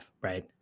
right